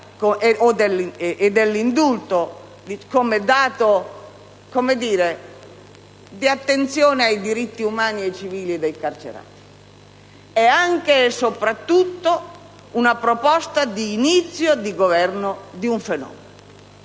come dato di attenzione ai diritti umani e civili dei carcerati. È anche e soprattutto una proposta di inizio di governo di un fenomeno.